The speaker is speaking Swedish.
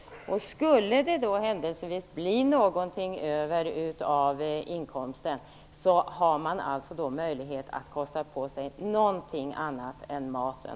Skulle det händelsevis bli någonting över av inkomsten har man då möjlighet att kosta på sig någonting annat än maten.